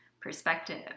perspective